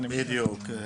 בדיוק,